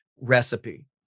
recipe